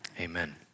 amen